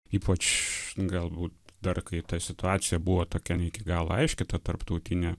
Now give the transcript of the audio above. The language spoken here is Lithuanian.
ypač galbūt dar kai ta situacija buvo tokia ne iki galo aiški ta tarptautinė